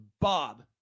Bob